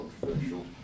controversial